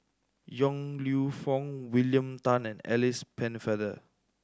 Yong Lew Foong William Tan and Alice Pennefather